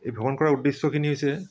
এই ভ্ৰমণ কৰা উদ্দেশ্যখিনি হৈছে